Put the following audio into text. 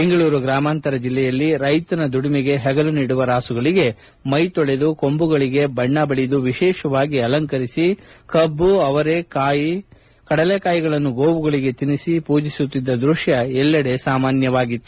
ಬೆಂಗಳೂರು ಗ್ರಾಮಾಂತರ ಜಿಲ್ಲೆಯಲ್ಲಿ ರೈತನ ದುಡಿಮೆಗೆ ಹೆಗಲು ನೀಡುವ ರಾಸುಗಳಗೆ ಮ್ಟು ತೊಳೆದು ಕೊಂಬುಗಳಿಗೆ ಬಣ್ಣ ಬಳಿದು ವಿಶೇಷವಾಗಿ ಅಲಂಕರಿಸಿ ಕಬ್ಬು ಅವರೆ ಕಾಯಿ ಕಡಲೇಕಾಯಿಗಳನ್ನು ಗೋವುಗಳಿಗೆ ತಿನ್ನಿಸಿ ಪೂಜಿಸುತ್ತಿದ್ದ ದೃಶ್ಯ ಎಲ್ಲೆಡೆ ಸಾಮಾನ್ಗವಾಗಿತ್ತು